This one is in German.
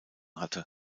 hatte